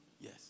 Yes